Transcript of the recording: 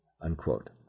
Unquote